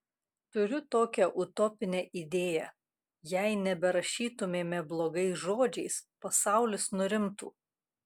turiu tokią utopinę idėją jei neberašytumėme blogais žodžiais pasaulis nurimtų